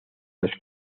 los